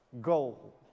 goal